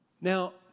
Now